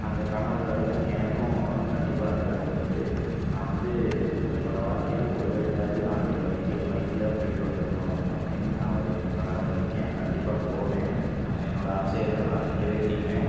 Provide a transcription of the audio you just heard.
அந்த கனவில்தான் எனக்கும் கண்டிப்பாக அந்த கனவு இருக்குது நான் வந்து என்னோட வாழ்க்கையில் ஒரு தடவையாது நான் அங்கே பைக்கே பைக்கில் போய்ட்டு வந்துடனும் அப்படின்னு நான் ஒரு கனவில் இருக்கேன் கண்டிப்பாக போவேன் நாங்கள் என்னோட ஆசையெல்லாம் நான் நிறவேத்திக்குவேன்